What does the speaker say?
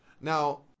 Now